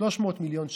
300 מיליון שקל,